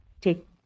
take